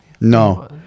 No